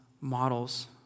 models